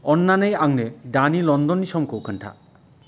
अन्नानै आंनो दानि लन्डननि समखौ खोन्था